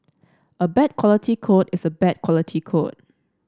a bad quality code is a bad quality code